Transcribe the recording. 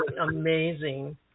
amazing